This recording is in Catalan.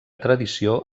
tradició